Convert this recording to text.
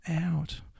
out